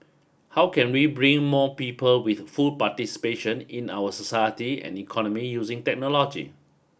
how can we bring more people with full participation in our society and economy using technology